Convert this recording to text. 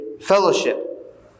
fellowship